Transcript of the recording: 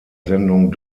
sendung